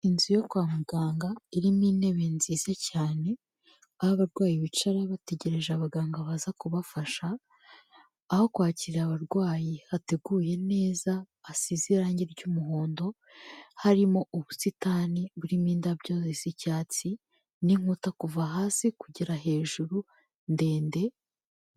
Inzu yo kwa muganga irimo intebe nziza cyane, aho abarwayi bicara bategereje abaganga baza kubafasha, aho kwakirira abarwayi hateguye neza hasize irange ry'umuhondo, harimo ubusitani burimo indabyo z'icyatsi n'inkuta kuva hasi kugera hejuru ndende.